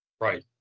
Right